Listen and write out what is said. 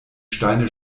steine